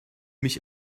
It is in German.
mich